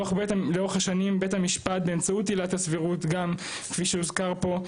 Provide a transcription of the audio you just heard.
לאורך השנים בית המשפט באמצעות עילת הסבירות גם כפי שהוזכר פה,